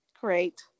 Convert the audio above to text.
Great